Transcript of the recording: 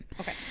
Okay